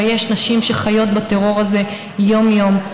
ויש נשים שחיות בטרור הזה יום-יום,